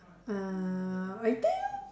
uh I think